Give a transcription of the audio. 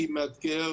הכי מאתגר,